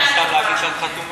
למה סתם להגיד שאת חתומה?